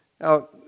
Now